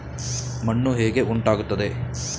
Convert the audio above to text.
ಮಣ್ಣು ಹೇಗೆ ಉಂಟಾಗುತ್ತದೆ?